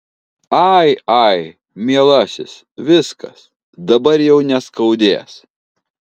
ai ai mielasis viskas dabar jau neskaudės